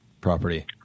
property